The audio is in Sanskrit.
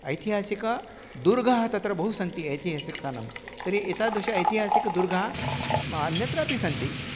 ऐतिहासिकदुर्गः तत्र बहु सन्ति ऐतिहासिकस्थानं तर्हि एतादृश ऐतिहासिकदुर्गः अन्यत्रापि सन्ति